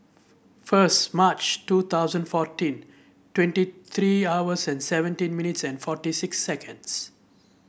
first March two thousand fourteen twenty three hours and seventeen minutes and forty six seconds